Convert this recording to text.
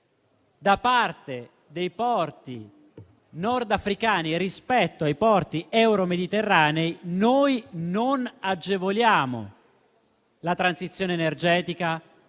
da parte dei porti nordafricani rispetto ai porti euro mediterranei, non agevoliamo la transizione energetica